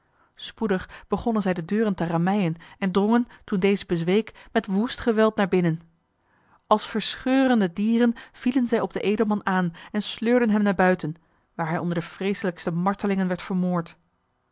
spoedig begonnen zij de deur te rammeien en drongen toen deze bezweek met woest geweld naar binnen als verscheurende dieren vielen zij op den edelman aan en sleurden hem naar buiten waar hij onder de vreeselijkste martelingen werd vermoord